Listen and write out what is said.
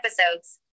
episodes